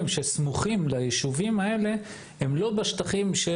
שסמוכים ליישובים האלה אינם בשטחים של